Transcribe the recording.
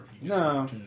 No